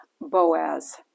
Boaz